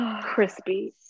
crispy